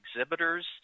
exhibitors